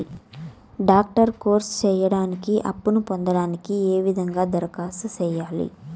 Doctor course సేయడానికి అప్పును పొందడానికి ఏ విధంగా దరఖాస్తు సేయాలి?